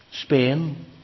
Spain